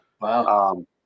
Wow